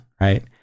right